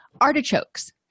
artichokes